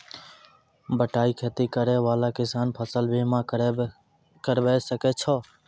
बटाई खेती करै वाला किसान फ़सल बीमा करबै सकै छौ?